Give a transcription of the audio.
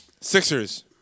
Sixers